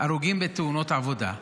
הרוגים בתאונות עבודה,